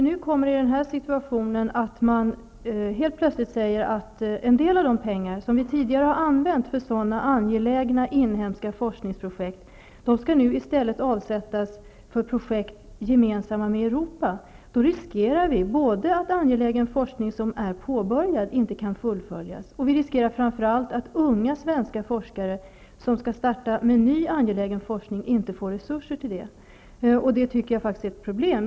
När man nu helt plötsligt säger att en del av de pengar som vi tidigare har använt för angelägna inhemska forskningsprojekt i stället skall avsättas för gemensamma europeiska projekt, riskerar vi att påbörjad angelägen forskning inte kan fullföljas. Men vi riskerar framför allt att de unga svenska forskare som skall starta med ny angelägen forskning inte får resurser till det. Det tycker jag faktiskt är ett problem.